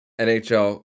NHL